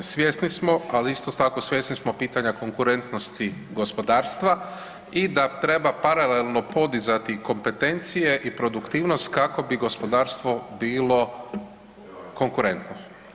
Svjesni smo, ali isto tako svjesni smo pitanja konkurentnosti gospodarstva i da treba paralelno podizati kompetencije i produktivnost kako bi gospodarstvo bilo konkurentno.